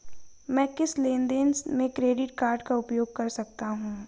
मैं किस लेनदेन में क्रेडिट कार्ड का उपयोग कर सकता हूं?